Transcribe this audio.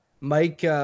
Mike